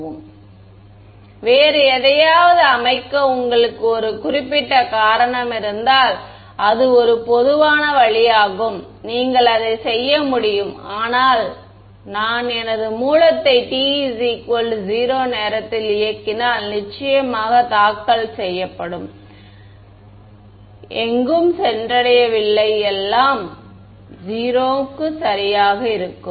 மாணவர் வேறு எதையாவது அமைக்க உங்களுக்கு ஒரு குறிப்பிட்ட காரணம் இருந்தால் அது ஒரு பொதுவான வழியாகும் நீங்கள் அதை செய்ய முடியும் ஆனால் நான் எனது மூலத்தை t 0 நேரத்தில் இயக்கினால் நிச்சயமாக தாக்கல் செய்யப்படும் எங்கும் சென்றடையவில்லை எல்லாம் 0 சரியாக இருக்கும்